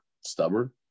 stubborn